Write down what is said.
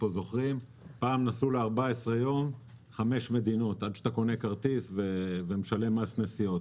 פעם נסעו ל-14 יום בחמש מדינות עד שאתה קונה כרטיס ומשלם מס נסיעות.